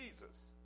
Jesus